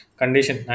condition